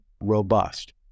robust